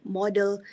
model